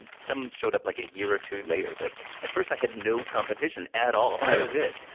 some showed up like, a year or two later, but at first i had no competition at all, i was it.